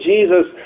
Jesus